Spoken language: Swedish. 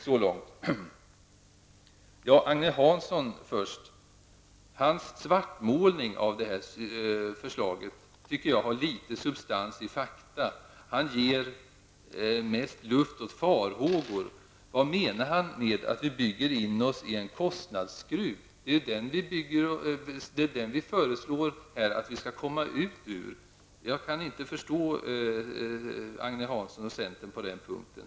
Till att börja med tycker jag inte att Agne Hanssons svartmålning av förslaget har särskilt stor substans i fakta. Han ger mest luft åt farhågor. Vad menar han med att man bygger in sig i en kostnadsskruv? Vårt förslag syftar ju till att man skall komma ut ur denna. Jag kan inte förstå Agne Hansson och centern på den punkten.